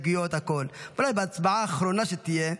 יהיו הסתייגויות והכול, אבל בהצבעה האחרונה שתהיה,